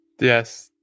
Yes